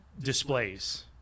displays